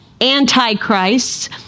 antichrists